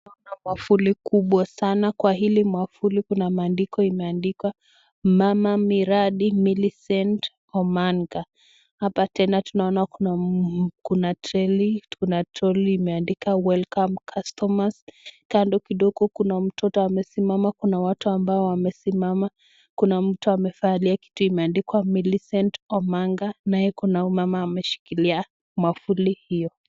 Naona mwavuli kubwa sana, Kwa hili mwavuli Kuna maandiko imeandikwa mama miradi Millicent Omanga, hapa tena tunaona kuna trolley imeandikwa [welcome customers] kando kidogo kuna mtoto amesimama, Kuna watu ambao wamesimama, kuna mtu amevalia kitu imeandikwa Millicent Omanga nae kuna huyu mama ameshikilia mwavuli hiyo.